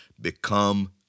become